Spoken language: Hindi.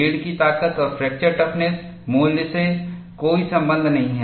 यील्डकी ताकत और फ्रैक्चर टफनेस मूल्य से कोई संबंध नहीं है